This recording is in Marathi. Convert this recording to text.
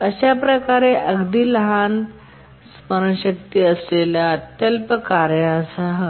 अशा प्रकारे अगदी लहान स्मरणशक्ती असलेल्या आणि अत्यल्प कार्यांसह